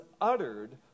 uttered